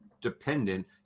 dependent